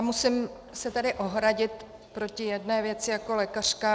Musím se tady ohradit proti jedné věci jako lékařka.